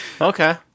okay